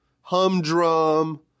humdrum